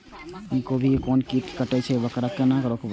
गोभी के कोन कीट कटे छे वकरा केना रोकबे?